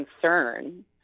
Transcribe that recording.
concern